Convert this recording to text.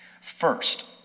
First